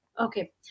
Okay